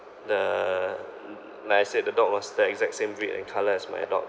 the l~ like I said the dog was the exact same breed and colour as my dog